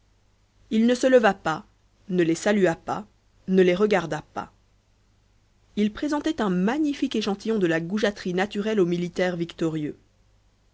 il ne se leva pas ne les salua pas ne les regarda pas il présentait un magnifique échantillon de la goujaterie naturelle au militaire victorieux